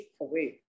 away